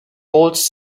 holds